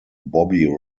bobby